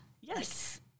yes